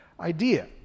idea